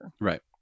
right